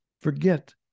Forget